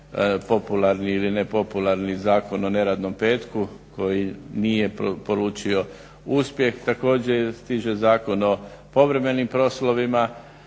polupani ili nepopularni Zakon o neradnom petku koji nije poručio uspjeh. Također stiže Zakon o povremenim poslovima.